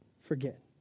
forget